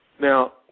Now